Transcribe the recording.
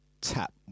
tap